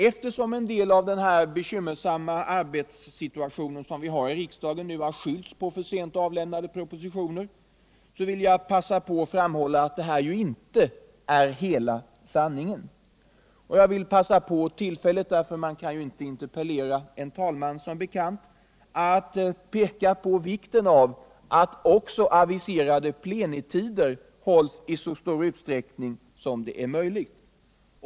Eftersom en del av den bekymmersamma arbetssituation som vi nu har i riksdagen har skyllts på för sent avlämnade propositioner, vill jag framhålla att detta inte är hela sanningen. Jag vill gärna passa på tillfället — man kan som bekant inte ställa en interpellation till en en talman —att peka på vikten av att också aviserade plenitider hålls i så stor utsträckning som det är möjligt.